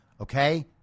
okay